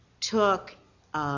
took